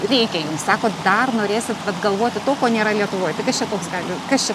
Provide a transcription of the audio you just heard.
reikia sakot dar norėsit vat galvoti to ko nėra lietuvoj tai kas čia toks gali kas čia